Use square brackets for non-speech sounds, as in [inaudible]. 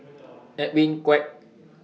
[noise] Edwin Koek